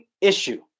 issue